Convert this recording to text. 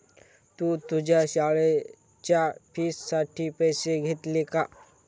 तू तुझ्या शाळेच्या फी साठी पैसे घेतले का?